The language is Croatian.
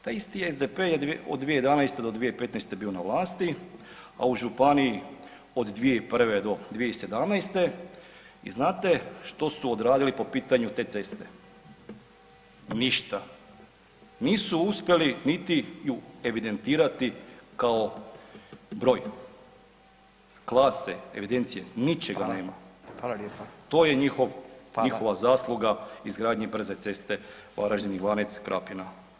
Taj isti SDP je od 2011. do 2015. na vlasti, a u županiji od 2001. do 2017. i znate što su odradili po pitanju te ceste, ništa, nisu uspjeli niti ju evidentirati kao broj, klase, evidencije, ničega nema [[Upadica: Hvala, hvala lijepa.]] to je njihov, njihova zasluga izgradnje brze ceste Varaždin-Ivanec-Krapina.